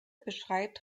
beschreibt